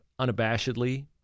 unabashedly